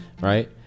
right